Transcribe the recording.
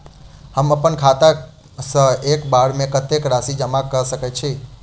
हम अप्पन खाता सँ एक बेर मे कत्तेक राशि जमा कऽ सकैत छी?